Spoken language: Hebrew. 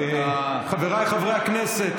חבריי חברי הכנסת,